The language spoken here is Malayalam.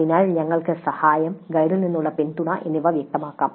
അതിനാൽ ഞങ്ങൾക്ക് സഹായം ഗൈഡിൽ നിന്നുള്ള പിന്തുണ എന്നിവ വ്യക്തമാക്കാം